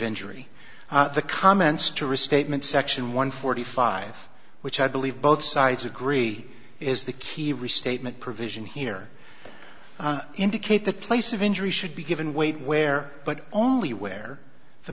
injury the comments to restatement section one forty five which i believe both sides agree is the key restatement provision here indicate that place of injury should be given weight where but only where the